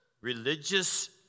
religious